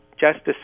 Justice